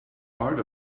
part